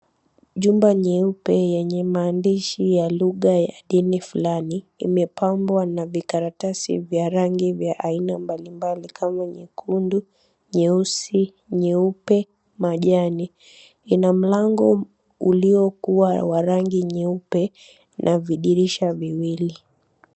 Jumba nyeupe yenye maandishi ya lugha ya dini fulani imepambwa na vikaratasi vya rangi vya aina mbalimbali kama nyekundu, nyeusi, nyeupe, majani. Ina mlango uliokuwa wa rangi nyeupe na vidirisha viwili.